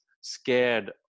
scared